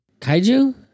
Kaiju